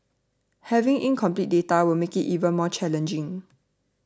having incomplete data will make it even more challenging